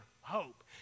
hope